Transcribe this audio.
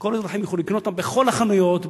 שכל האזרחים יוכלו לקנות אותן בכל החנויות,